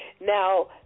Now